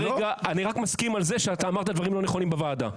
אני רק מסכים על זה שאמרת דברים לא נכונים בוועדה.